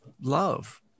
love